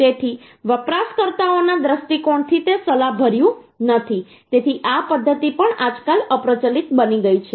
તેથી વપરાશકર્તાઓના દૃષ્ટિકોણથી તે સલાહભર્યું નથી તેથી આ પદ્ધતિ પણ આજકાલ અપ્રચલિત બની ગઈ છે